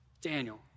Daniel